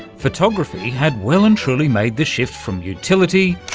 photography had well and truly made the shift from utility